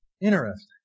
Interesting